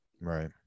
right